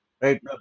right